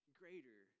greater